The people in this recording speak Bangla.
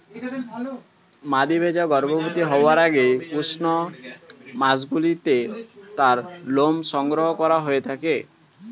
মাদী ভেড়া গর্ভবতী হওয়ার আগে উষ্ণ মাসগুলিতে তার লোম সংগ্রহ করা হয়ে থাকে